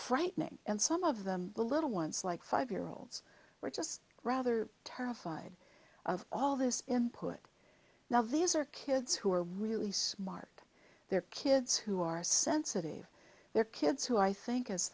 frightening and some of them the little ones like five year olds were just rather terrified of all this input now these are kids who are really smart their kids who are sensitive they're kids who i think as